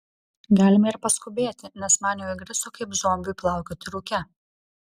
galime ir paskubėti nes man jau įgriso kaip zombiui plaukioti rūke